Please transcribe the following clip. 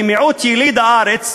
כמיעוט יליד הארץ,